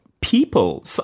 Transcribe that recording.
people